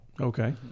Okay